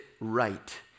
right